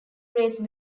race